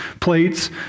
plates